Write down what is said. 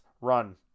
run